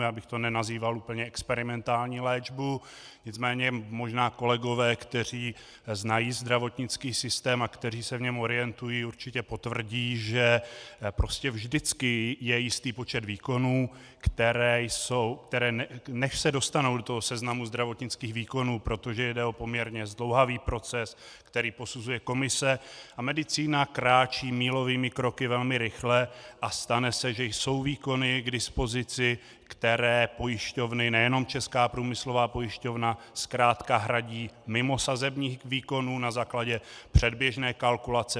Já bych to nenazýval úplně experimentální léčbou, nicméně možná kolegové, kteří znají zdravotnický systém a kteří se v něm orientují, určitě potvrdí, že vždycky je jistý počet výkonů, které než se dostanou do seznamu zdravotnických výkonů, protože jde o poměrně zdlouhavý proces, který posuzuje komise, a medicína kráčí mílovými kroky velmi rychle a stane se, že jsou výkony k dispozici, které pojišťovny, nejenom Česká průmyslová pojišťovna, zkrátka hradí mimo sazebník výkonů na základě předběžné kalkulace.